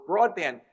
broadband